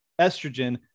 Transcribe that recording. estrogen